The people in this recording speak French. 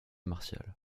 martial